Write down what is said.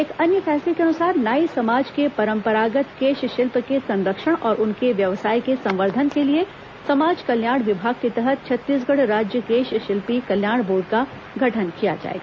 एक अन्य फैसले के अनुसार नाई समाज के परंपरागत केश शिल्प के संरक्षण और उनके व्यवसाय के संवर्धन के लिए समाज कल्याण विभाग के तहत छत्तीसगढ़ राज्य केश शिल्पी कल्याण बोर्ड का गठन किया जाएगा